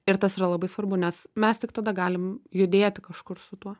ir tas yra labai svarbu nes mes tik tada galim judėti kažkur su tuo